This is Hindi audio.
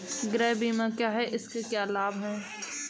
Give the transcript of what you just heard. गृह बीमा क्या है इसके क्या लाभ हैं?